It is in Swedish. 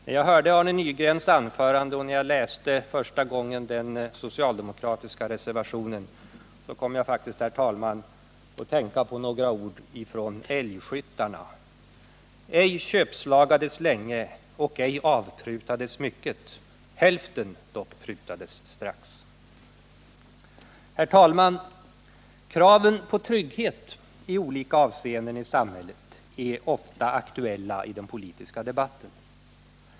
När jag lyssnade till Arne Nygrens anförande och när jag första gången läste den socialdemokratiska reservationen kom jag faktiskt, herr talman, att tänka på några ord ur Älgskyttarne: Herr talman! Kraven på trygghet i olika avseenden i samhället är ofta aktuella i den politiska debatten.